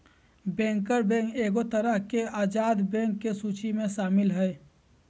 banker bank एगो तरह से आजाद बैंक के सूची मे शामिल हय